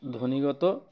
ধ্বনিগত